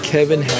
Kevin